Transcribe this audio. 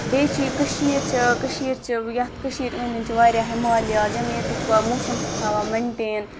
بیٚیہِ چھِ یہِ کٔشیٖر چھِ کٔشیٖر چھِ یَتھ کٔشیٖرِ أنٛدۍ أنٛدۍ چھِ واریاہ ہمالیاز یِم ییٚتیُک موسم چھِ تھاوان مینٹین